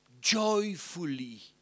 Joyfully